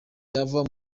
yava